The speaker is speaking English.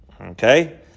Okay